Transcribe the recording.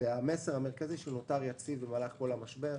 המסר המרכזי, שהוא נותר יציב במהלך כל המשבר.